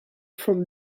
from